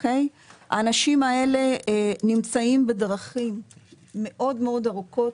האנשים האלה נמצאים בדרכים מאוד ארוכות.